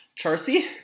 Charcy